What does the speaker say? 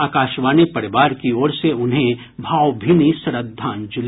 आकाशवाणी परिवार की ओर से उन्हें भावभीनी श्रद्धांजलि